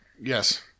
Yes